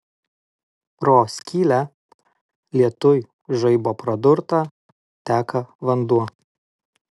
pro skylę lietuj žaibo pradurtą teka vanduo